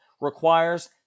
requires